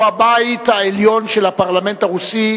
הוא הבית העליון של הפרלמנט הרוסי,